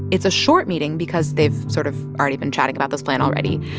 it's a short meeting because they've sort of already been chatting about this plan already.